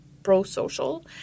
pro-social